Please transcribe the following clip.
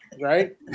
right